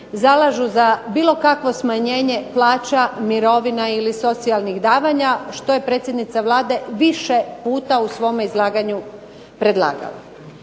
za bilo kakvo smanjenje plaća, mirovina ili socijalnih davanja što je predsjednica Vlade više puta u svome izlaganju predlagala.